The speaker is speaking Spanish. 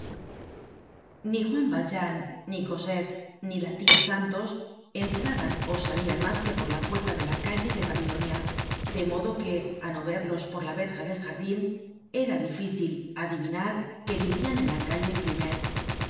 ni juan valjean ni cosette ni la tia santos entraban ó salian mas que por la puerta de la calle de babilonia de modo que á no verlos por la verja del jardin era difícil adivinar que vivian en la calle